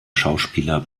schauspieler